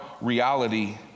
reality